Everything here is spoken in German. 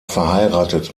verheiratet